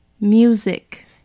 music